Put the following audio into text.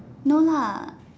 no lah